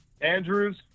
Andrews